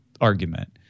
argument